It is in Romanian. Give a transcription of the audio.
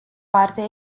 parte